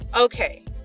Okay